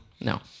No